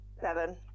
Seven